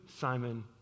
Simon